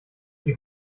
die